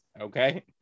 okay